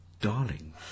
darling